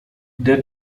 der